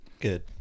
Good